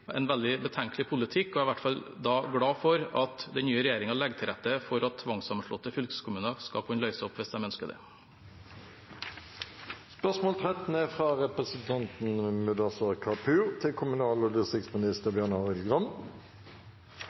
en veldig betenkelig politikk, og jeg er i hvert fall glad for at den nye regjeringen legger til rette for at tvangssammenslåtte fylkeskommuner skal kunne løses opp hvis de ønsker